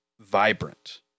vibrant